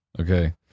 Okay